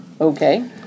Okay